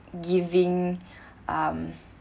giving um